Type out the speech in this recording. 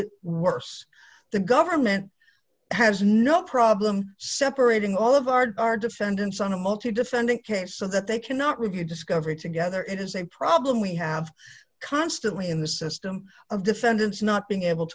it worse the government has no problem separating all of our our defendants on a multi defendant case so that they cannot review discovery together it is a problem we have constantly in the system of defendants not being able